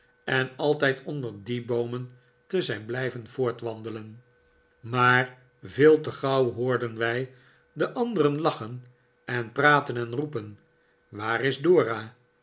en altijd onder die boomen te zijn blijven voortwandelen maar veel te gauw hoorden wij de anderen lachen en praten en roepen waar is dora